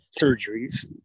surgeries